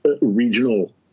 regional